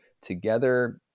together